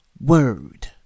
word